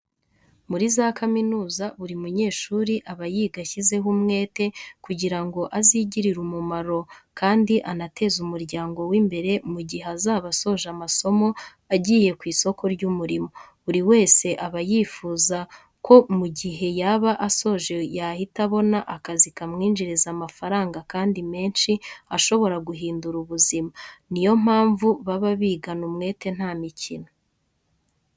Muri za kaminuza buri munyeshuri aba yiga ashyizeho umwete kugira ngo azigirire umumaro kandi anateze umuryango we imbere mu gihe azaba asoje amasomo agiye ku isoko ry'umurimo. Buri wese aba yifuza ko mu gihe yaba asoje yahita abona akazi kamwinjiriza amafaranga kandi menshi ashobora guhindura buzima, niyo mpamvu baba bigana umwete nta mikino.